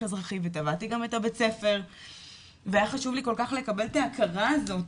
אזרחי ותבעתי גם את בית הספר והיה לי חשוב כל כך לקבל את ההכרה הזאת